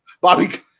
Bobby